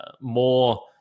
more